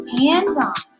hands-on